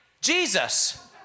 Jesus